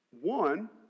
One